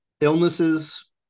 illnesses